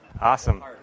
Awesome